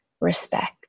respect